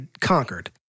conquered